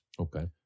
Okay